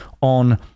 on